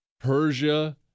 Persia